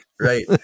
Right